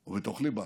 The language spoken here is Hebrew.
או בתוך ליבה,